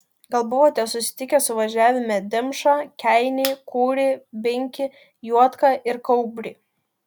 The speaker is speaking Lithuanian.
gal buvote sutikę suvažiavime dimšą keinį kūrį binkį juodką ir kaubrį